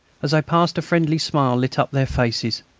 as i passed a friendly smile lit up their faces.